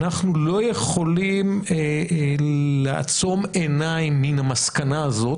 אנחנו לא יכולים לעצום עיניים מן המסקנה הזאת,